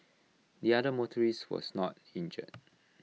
the other motorist was not injured